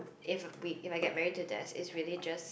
if we if I get married to death it's really just